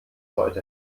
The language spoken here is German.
heute